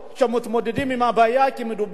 כי מדובר בבעיה חברתית.